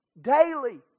Daily